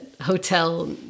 hotel